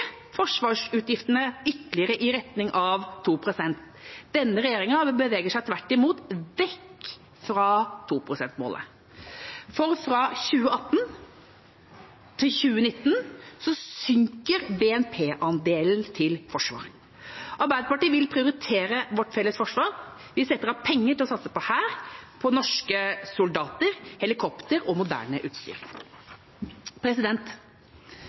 forsvarsutgiftene ytterligere i retning av 2 pst. Denne regjeringa beveger seg tvert imot vekk fra 2-prosentmålet, for fra 2018 til 2019 synker BNP-andelen til Forsvaret. Arbeiderpartiet vil prioritere vårt felles forsvar, vi setter av penger til å satse på hær, på norske soldater, helikopter og moderne utstyr.